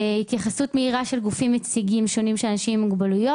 התייחסות מהירה של גופים יציגים שונים של אנשים עם מוגבלויות.